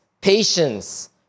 patience